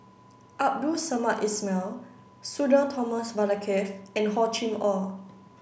Abdul Samad Ismail Sudhir Thomas Vadaketh and Hor Chim Or